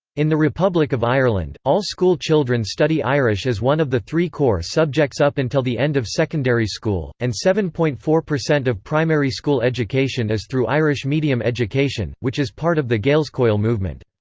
in the republic of ireland, all school children study irish as one of the three core subjects up until the end of secondary school, and seven point four of primary school education is through irish medium education, which is part of the gaelscoil movement.